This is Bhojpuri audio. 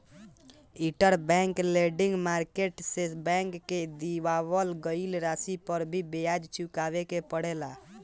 इंटरबैंक लेंडिंग मार्केट से बैंक के दिअवावल गईल राशि पर भी ब्याज चुकावे के पड़ेला